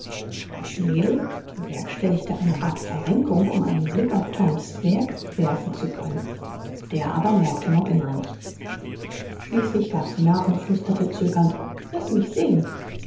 das mädel bewerkstelligte eine art verrenkung um einen blick auf toms werk werfen zu können der aber merkte noch immer nichts schließlich gab sie nach und flüsterte zögernd laß mich sehen